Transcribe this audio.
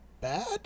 bad